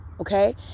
Okay